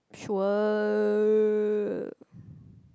sure